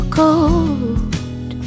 cold